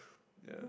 yeah